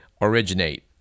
originate